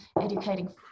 educating